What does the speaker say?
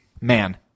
Man